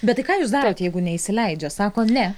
bet tai ką jūs darot jeigu neįsileidžia sako ne